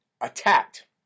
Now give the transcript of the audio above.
attacked